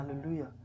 Hallelujah